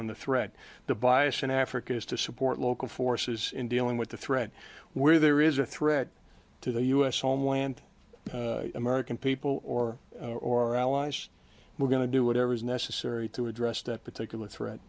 on the threat the bias in africa is to support local forces in dealing with the threat where there is a threat to the u s homeland american people or or our allies we're going to do whatever is necessary to address that particular threat